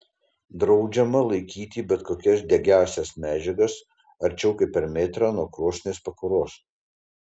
draudžiama laikyti bet kokias degiąsias medžiagas arčiau kaip per metrą nuo krosnies pakuros